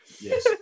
Yes